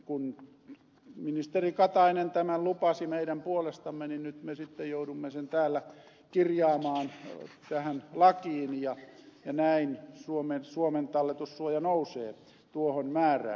kun ministeri katainen tämän lupasi meidän puolestamme niin nyt me sitten joudumme sen täällä kirjaamaan tähän lakiin ja näin suomen talletussuoja nousee tuohon määrään